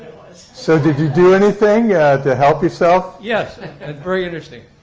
was. so did you do anything to help yourself? yes. and very interesting.